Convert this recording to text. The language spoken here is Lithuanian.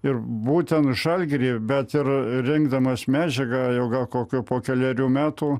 ir būtent žalgiryje bet ir rinkdamas medžiagą jau gal kokio po kelerių metų